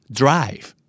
drive